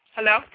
Hello